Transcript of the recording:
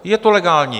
Je to legální.